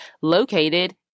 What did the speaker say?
located